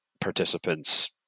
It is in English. participants